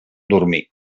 dormir